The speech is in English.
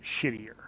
shittier